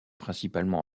principalement